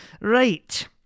Right